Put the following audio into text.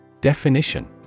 Definition